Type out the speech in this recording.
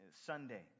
Sunday